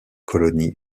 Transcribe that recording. colonie